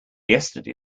yesterday